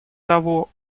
того